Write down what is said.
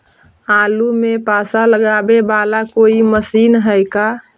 आलू मे पासा लगाबे बाला कोइ मशीन है का?